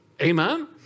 Amen